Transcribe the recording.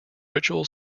ritual